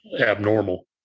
abnormal